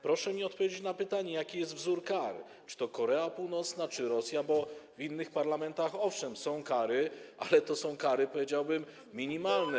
Proszę mi odpowiedzieć na pytanie, jaki jest wzór kar: czy to Korea Północna, czy Rosja, bo w innych parlamentach, owszem, są kary, ale to są kary, powiedziałbym, minimalne.